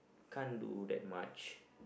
can't do that much